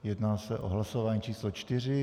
Jedná se o hlasování číslo 4.